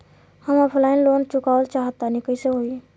हम offline loan चुकावल चाहऽ तनि कइसे होई?